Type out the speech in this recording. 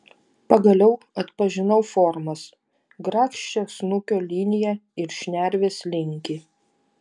pagaliau atpažinau formas grakščią snukio liniją ir šnervės linkį